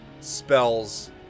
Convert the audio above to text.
spells